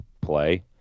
play